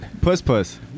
Puss-puss